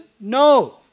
No